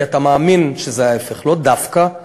כי אתה מאמין שזה ההפך ולא דווקא.